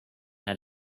had